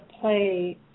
play